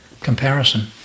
comparison